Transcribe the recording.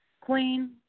Queen